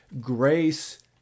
grace